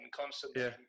constantly